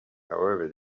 however